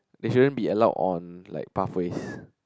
they shouldn't be allowed on like pathways